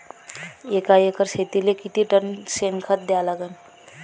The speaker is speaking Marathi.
एका एकर शेतीले किती टन शेन खत द्या लागन?